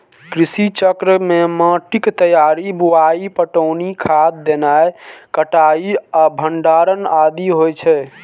कृषि चक्र मे माटिक तैयारी, बुआई, पटौनी, खाद देनाय, कटाइ आ भंडारण आदि होइ छै